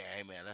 Amen